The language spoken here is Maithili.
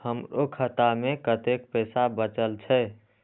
हमरो खाता में कतेक पैसा बचल छे?